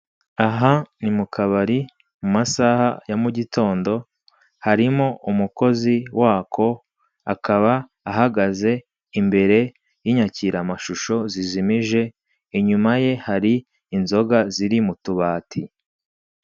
Aha ni mu kabari mu masaha ya mugitondo, harimo umukozi wako akaba ahagaze imbere y'inyakiramashusho zizimije, inyuma ye hari inzoga ziri mu tubati.